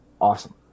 awesome